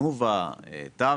כמו תנובה וטרה,